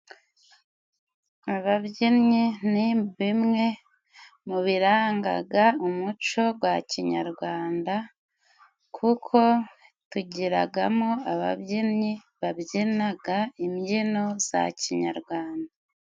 Ababyinnyi ni bimwe mu birangaga umuco gwa kinyagwanda. Kuko tugiragamo ababyinnyi babyinaga imbyino za kinyarwanda.